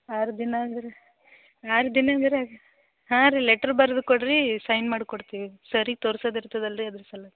ಆರು ದಿನ ಅಂದ್ರೆ ಆರು ದಿನ ಅಂದ್ರೆ ಹಾಂ ರೀ ಲೆಟರ್ ಬರ್ದು ಕೊಡಿರಿ ಸೈನ್ ಮಾಡಿ ಕೊಡ್ತೀವಿ ಸರ್ ಈಗ ತೋರ್ಸೋದು ಇರ್ತದೆ ಅಲ್ರಿ ಅದ್ರದ್ದು ಸಲ್ವಾಗಿ